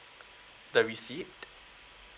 that receipt